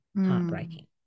heartbreaking